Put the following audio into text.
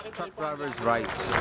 truck drivers' rights,